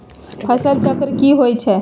फसल चक्र की होई छै?